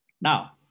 Now